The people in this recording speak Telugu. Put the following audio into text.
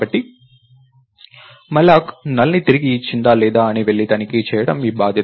కాబట్టి malloc NULLని తిరిగి ఇచ్చిందా లేదా అని వెళ్లి తనిఖీ చేయడం మీ బాధ్యత